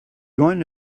going